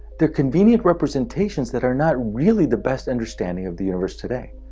they're convenient representations that are not really the best understanding of the universe today.